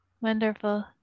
wonderful